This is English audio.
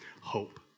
hope